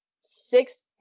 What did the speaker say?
six